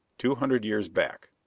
two hundred years back.